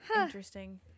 interesting